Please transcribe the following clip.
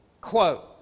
Quote